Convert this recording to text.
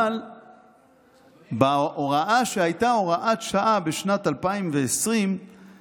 אבל בהוראה שהייתה הוראת שעה בשנת 2020 נכתב: